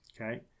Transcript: okay